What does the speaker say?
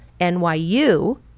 NYU